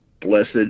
Blessed